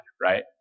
right